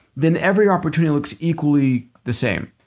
then every opportunity looks equally the same.